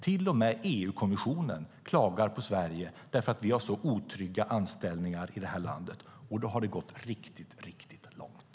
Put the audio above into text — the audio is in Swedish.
Till och med EU-kommissionen klagar på Sverige för att vi har så otrygga anställningar i det här landet. Då har det gått riktigt, riktigt långt.